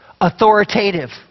authoritative